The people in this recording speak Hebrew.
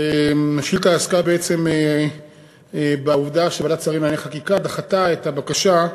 השאילתה עסקה בעצם בעובדה שוועדת שרים לענייני חקיקה דחתה את הבקשה,